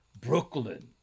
Brooklyn